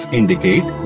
indicate